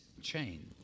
chain